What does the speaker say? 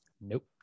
Nope